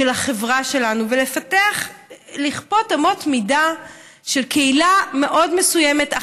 החברה שלנו ולכפות אמות מידה של קהילה מאוד מסוימת,